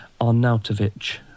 Arnautovic